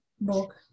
book